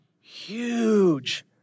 huge